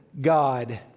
God